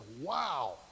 wow